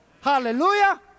Hallelujah